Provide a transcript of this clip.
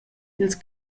ils